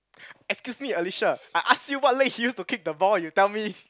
excuse me Alicia I ask you what leg she use to kick the ball you tell me